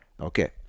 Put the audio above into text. Okay